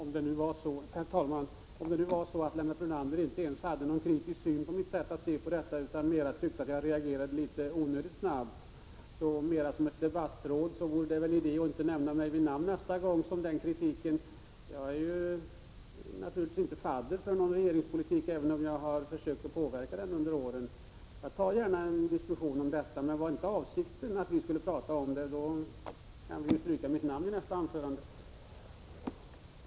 Herr talman! Om Lennart Brunander inte ens hade någon kritisk syn på mitt sätt att se på frågan om beredskap utan bara ansåg att jag reagerade onödigt snabbt vill jag, mer som ett debattråd, säga att det kanske vore idé att nästa gång inte nämna mig vid namn. Jag är naturligtvis inte fadder till någon regeringspolitik även om jag har försökt påverka politiken under åren. Jag tar gärna en diskussion om den frågan — men om inte avsikten var att vi skulle tala om den kanske Lennart Brunander borde strukit mitt namn i sitt anförande. Gör gärna det nästa gång.